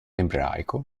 ebraico